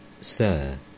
Sir